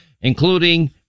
including